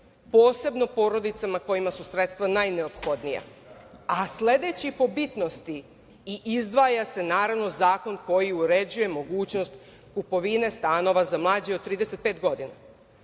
posebno porodicama kojima su sredstva najneophodnija. A sledeći po bitnosti izdvaja se zakon koji uređuje mogućnost kupovine stanova za mlađe od 35 godina.